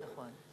נכון.